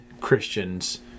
Christians